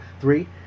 Three